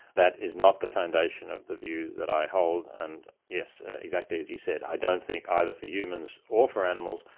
that is not the foundation of the view that i hold. and yes, exactly as you said, i don't think either for humans or for animals,